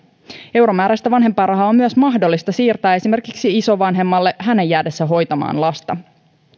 euromääräistä vanhempainrahaa on myös mahdollista siirtää esimerkiksi isovanhemmalle hänen jäädessään hoitamaan lasta